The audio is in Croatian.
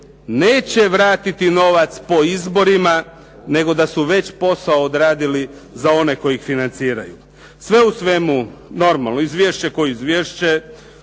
neće vratiti novac po izborima, nego da su već posao odradili za one koji ih financiraju. Sve u svemu, normalno izvješće kao izvješće.